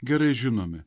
gerai žinomi